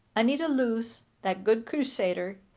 anita loos, that good crusader,